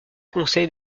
conseils